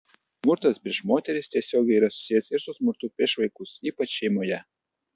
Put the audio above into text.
smurtas prieš moteris tiesiogiai yra susijęs ir su smurtu prieš vaikus ypač šeimoje